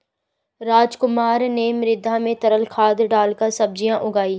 रामकुमार ने मृदा में तरल खाद डालकर सब्जियां उगाई